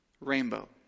Rainbow